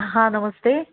हां नमस्ते